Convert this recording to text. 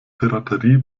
piraterie